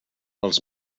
els